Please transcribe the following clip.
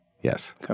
Yes